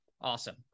Awesome